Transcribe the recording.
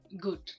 good